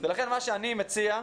לכן מה שאני מציע,